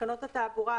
בתקנות התעבורה,